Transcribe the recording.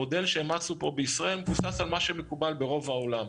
המודל שאימצנו פה בישראל מבוסס על מה שמקובל ברוב העולם,